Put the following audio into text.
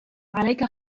عليك